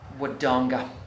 Wodonga